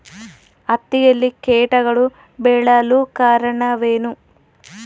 ಹತ್ತಿಯಲ್ಲಿ ಕೇಟಗಳು ಬೇಳಲು ಕಾರಣವೇನು?